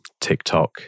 TikTok